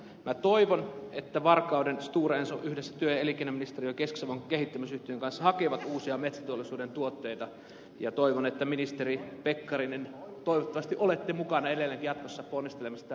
minä toivon että varkauden stora enso yhdessä työ ja elinkeinoministeriön ja keski savon kehittämisyhtiön kanssa hakevat uusia metsäteollisuuden tuotteita ja toivon että te ministeri pekkarinen olette mukana edelleenkin jatkossa ponnistelemassa tämän tehtaan eteen